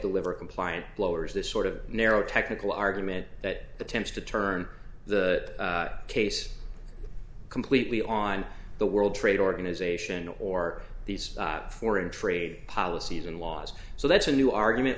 deliver compliance blower's this sort of narrow technical argument that attempts to turn the case completely on the world trade organization or these foreign trade policies and laws so that's a new argument